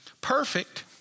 Perfect